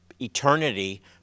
eternity